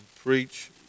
Preach